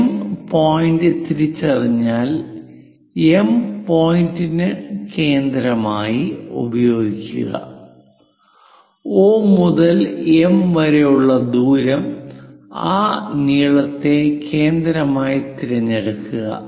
M point തിരിച്ചറിഞ്ഞാൽ M point കേന്ദ്രമായി ഉപയോഗിക്കുക O മുതൽ എം വരെയുള്ള ദൂരം ആ നീളത്തെ കേന്ദ്രമായി തിരഞ്ഞെടുക്കുക